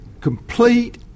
complete